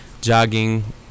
jogging